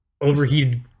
overheated